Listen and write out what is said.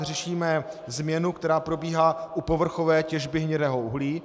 Řešíme změnu, která probíhá u povrchové těžby hnědého uhlí.